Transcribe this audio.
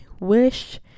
wish